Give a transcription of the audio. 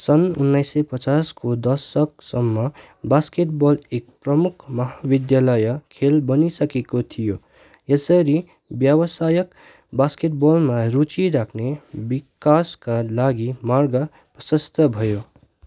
सन् उन्नाइस सय पचासको दशकसम्म बास्केटबल एक प्रमुख महाविद्यालय खेल बनिसकेको थियो यसरी व्यावसायिक बास्केटबलमा रुचि राख्ने विकासका लागि मार्ग प्रशस्त भयो